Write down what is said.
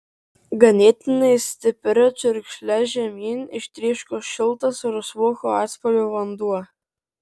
ganėtinai stipria čiurkšle žemyn ištryško šiltas rusvoko atspalvio vanduo